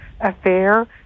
Affair